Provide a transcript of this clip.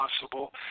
possible